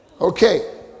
Okay